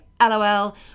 LOL